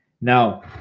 Now